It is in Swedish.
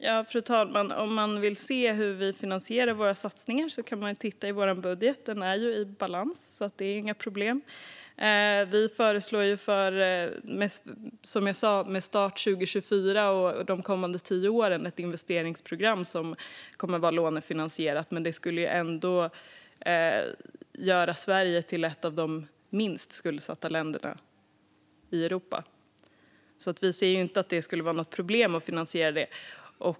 Fru talman! Om man vill se hur vi finansierar våra satsningar kan man titta i vår budget. Den är i balans, så det är inget problem. Som jag sa föreslår vi, med start 2024 och de följande tio åren, ett investeringsprogram som kommer att vara lånefinansierat, men det skulle ändå göra Sverige till ett av de minst skuldsatta länderna i Europa. Vi ser därför inte att det skulle vara något problem att finansiera det.